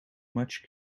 much